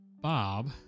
Bob